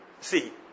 See